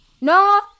No